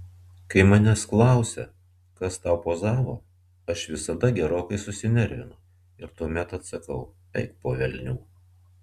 kai manęs klausia kas tau pozavo aš visada gerokai susinervinu ir tuomet sakau eik po velnių